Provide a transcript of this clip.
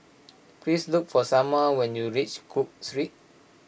please look for Salma when you reach Cook Street